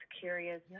curious